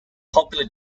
popular